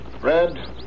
Red